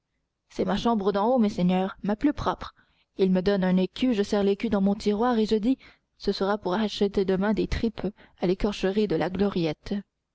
c'est ma chambre d'en haut messeigneurs ma plus propre ils me donnent un écu je serre l'écu dans mon tiroir et je dis ce sera pour acheter demain des tripes à l'écorcherie de la gloriette